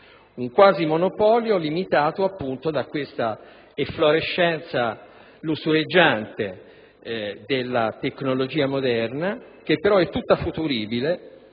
un quasi monopolio, limitato - appunto - da questa efflorescenza lussureggiante della tecnologia moderna, che però è tutta futuribile,